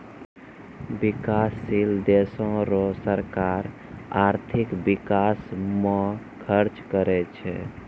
बिकाससील देसो रो सरकार आर्थिक बिकास म खर्च करै छै